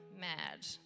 mad